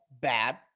bad